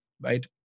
right